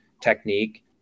technique